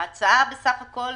ההצעה בסך הכול